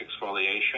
exfoliation